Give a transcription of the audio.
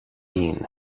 bean